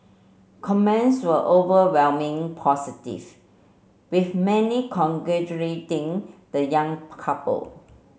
comments were overwhelming positive with many congratulating the young couple